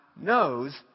knows